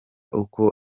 uko